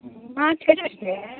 माँछ अएलऽ छै